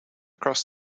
cross